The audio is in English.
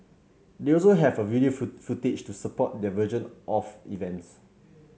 they also have a video food footage to support their version of events